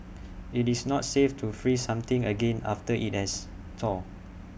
IT is not safe to freeze something again after IT has thawed